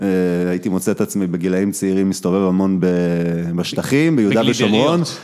הייתי מוצא את עצמי בגילאים צעירים מסתובב המון בשטחים ביהודה ושומרון